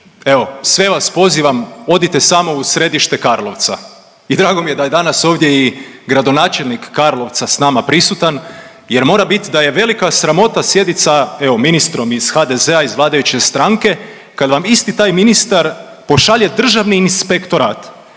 sve vas pozivam, odite samo u središte Karlovca i drago mi je da je danas ovdje i gradonačelnik Karlovca s nama prisutan jer mora bit da je velika sramota sjedit sa, evo, ministrom iz HDZ-a, iz vladajuće stranke kad vam isti taj ministar pošalje Državni inspektorat